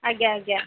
ଆଜ୍ଞା ଆଜ୍ଞା